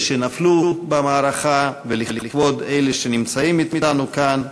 שנפלו במערכה ולכבוד אלה שנמצאים אתנו כאן,